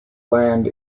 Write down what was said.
land